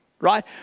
right